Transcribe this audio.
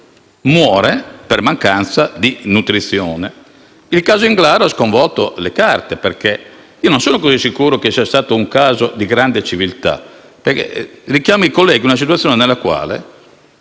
la persona muore per mancanza di nutrizione. Il caso Englaro ha sconvolto le carte, perché non sono così sicuro sia stato un caso di grande civiltà. Richiamo i colleghi su una situazione nella quale